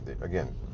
again